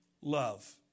love